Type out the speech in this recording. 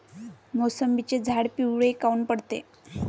मोसंबीचे झाडं पिवळे काऊन पडते?